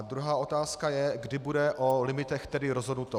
Druhá otázka je, kdy bude o limitech rozhodnuto.